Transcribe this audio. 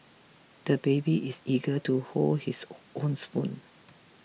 the baby is eager to hold his oh own spoon